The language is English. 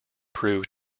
prove